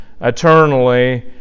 eternally